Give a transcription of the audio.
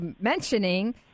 mentioning